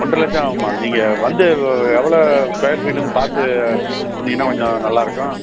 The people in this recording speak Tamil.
ஒன்றர லட்சம் ஆகுமா நீங்கள் வந்து எவ்வளோ ஸ்கொயர் ஃபீட்டுன்னு பார்த்து சொன்னீங்கன்னால் கொஞ்சம் நல்லாருக்கும்